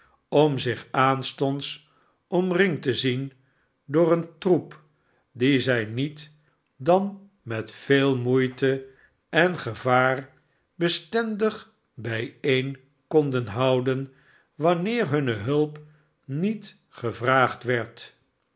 om zich aanstonds amringd te zien door een troep dien zij met dan met veel moeite en gevaar bestendig bijeen konden houden wamieer hunne hulp niet gevraagd werd